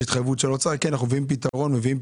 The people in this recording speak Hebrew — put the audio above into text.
יש התחייבות של האוצר להביא פתרון,